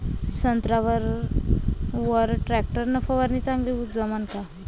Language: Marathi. संत्र्यावर वर टॅक्टर न फवारनी चांगली जमन का?